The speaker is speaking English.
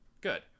Good